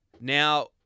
Now